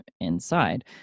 inside